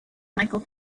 michael